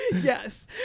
yes